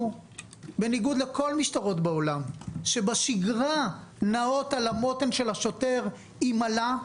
בניגוד לכל המשטרות בעולם שבשגרה נעות על המותן של השוטר עם אלה,